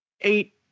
eight